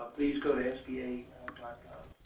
please go to sba gov,